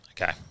Okay